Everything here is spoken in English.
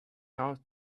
out